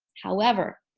however,